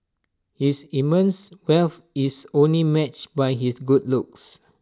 his immense wealth is only matched by his good looks